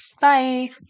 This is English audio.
bye